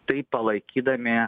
taip palaikydami